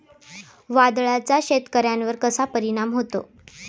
वादळाचा शेतकऱ्यांवर कसा परिणाम होतो?